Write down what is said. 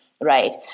right